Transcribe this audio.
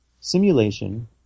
Simulation